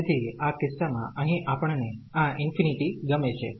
તેથી આ કિસ્સામાં અહીં આપણને આ ઇન્ફિનીટી ગમે છે